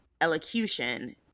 elocution